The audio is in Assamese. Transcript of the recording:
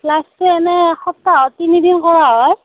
ক্লাছটো এনেই এসপ্তাহত তিনিদিন কৰা হয়